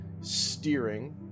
steering